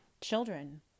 children